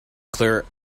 clear